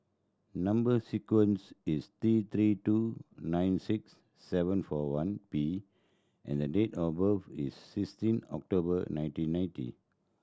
number sequence is T Three two nine six seven four one P and the date of birth is sixteen October nineteen ninety